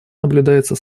наблюдается